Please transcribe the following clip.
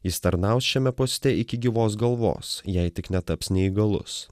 jis tarnaus šiame poste iki gyvos galvos jei tik netaps neįgalus